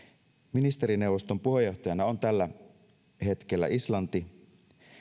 ministerineuvoston puheenjohtajana on tällä hetkellä islanti